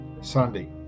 Sunday